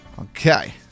Okay